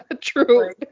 true